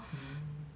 mm